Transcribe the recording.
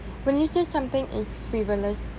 when you say something is frivolous